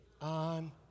on